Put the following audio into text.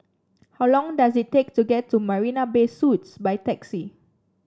how long does it take to get to Marina Bay Suites by taxi